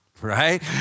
right